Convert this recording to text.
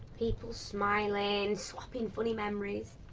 people smiling and swapping funny memories,